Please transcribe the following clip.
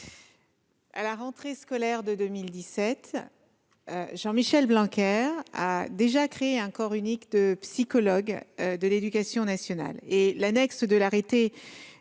À la rentrée scolaire de 2017, Jean-Michel Blanquer a créé un corps unique de psychologues de l'éducation nationale. L'annexe de l'arrêté